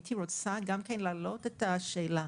הייתי רוצה להעלות את השאלה,